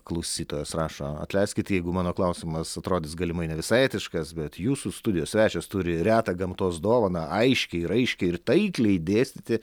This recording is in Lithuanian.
klausytojas rašo atleiskit jeigu mano klausimas atrodys galimai ne visai etiškas bet jūsų studijos svečias turi retą gamtos dovaną aiškiai raiškiai ir taikliai dėstyti